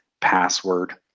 password